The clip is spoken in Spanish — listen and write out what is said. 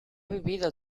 vivido